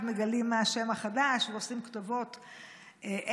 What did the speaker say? מגלים מה השם החדש ועושים כתובות אז.